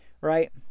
right